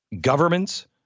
governments